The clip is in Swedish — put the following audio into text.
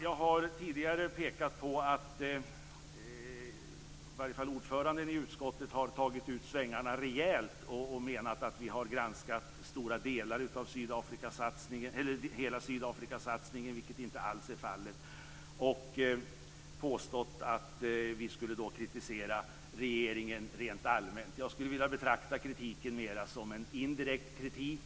Jag har tidigare pekat på att i varje fall ordföranden i utskottet har tagit ut svängarna rejält och menat att vi har granskat stora delar av hela Sydafrikasatsningen, vilket inte alls är fallet. Han har påstått att vi skulle kritisera regeringen rent allmänt. Jag skulle vilja betrakta kritiken mer som en indirekt kritik.